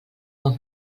bon